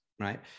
right